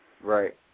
Right